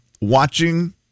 Watching